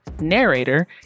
narrator